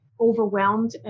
overwhelmed